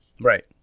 Right